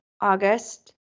August